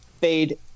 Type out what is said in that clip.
fade